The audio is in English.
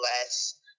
less